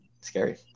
Scary